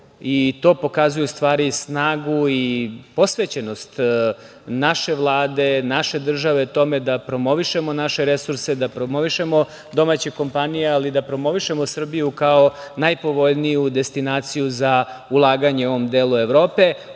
i to pokazuje snagu i posvećenost naše Vlade, naše države tome da promovišemo naše resurse, da promovišemo domaće kompanije, ali da promovišemo Srbiju kao najpovoljniju destinaciju za ulaganje u ovom delu Evrope. Ono